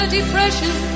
Depression